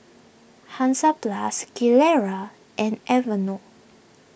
Hansaplast Gilera and Aveeno